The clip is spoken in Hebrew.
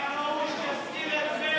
היה ראוי שתזכיר את,